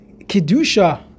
Kedusha